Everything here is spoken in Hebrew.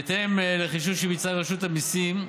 בהתאם לחישוב שביצעה רשות המיסים,